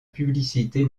publicité